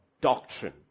doctrine